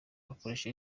akoresha